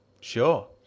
Sure